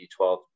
B12